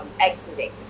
exiting